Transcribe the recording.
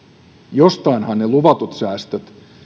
jostainhan ne luvatut säästöt